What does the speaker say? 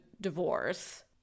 divorce